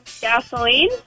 Gasoline